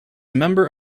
member